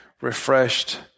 refreshed